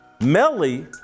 Melly